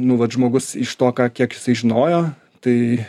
nu vat žmogus iš to ką kiek jisai žinojo tai